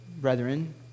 brethren